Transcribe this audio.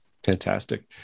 Fantastic